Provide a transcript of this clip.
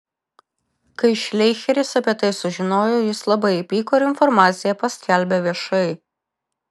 kai šleicheris apie tai sužinojo jis labai įpyko ir informaciją paskelbė viešai